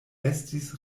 estis